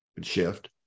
shift